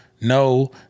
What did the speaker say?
no